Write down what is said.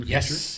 Yes